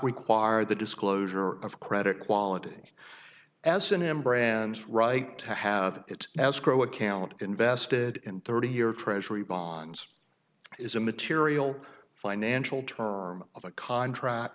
require the disclosure of credit quality s and m brand's right to have it as crow account invested in thirty year treasury bonds is a material financial term of a contract